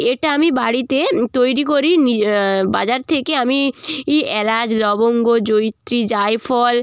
এটা আমি বাড়িতে তৈরি করি নি বাজার থেকে আমি ই এলাচ লবঙ্গ জয়িত্রি জায়ফল